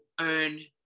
earn